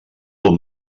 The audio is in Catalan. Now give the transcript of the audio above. pot